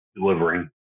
delivering